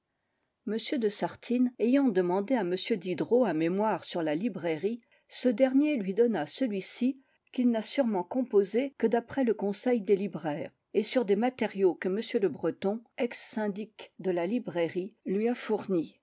m de sartine ayant demandé à m diderot un mémoire sur la librairie ce dernier lui donna celui-ci qu'il n'a sûrement composé que d'après le conseil des libraires et sur des matériaux que m le breton ex syndic de la librairie lui a fournis